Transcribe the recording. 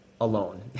alone